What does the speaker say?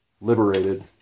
liberated